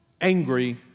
angry